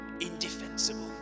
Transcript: indefensible